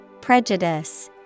Prejudice